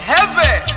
Heavy